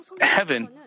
heaven